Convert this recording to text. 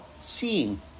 seeing